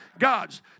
gods